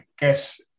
guess